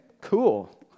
cool